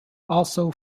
also